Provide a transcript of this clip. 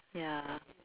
ya